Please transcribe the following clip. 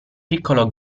piccolo